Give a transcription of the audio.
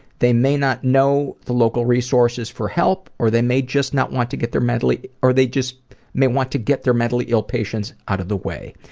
they may not know the local resources for help or they may just not want to get their mentally. or they just may want to get their mentally ill patients out of the way.